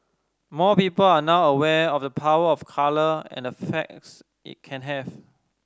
more people are now aware of the power of colour and effects it can have